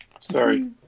Sorry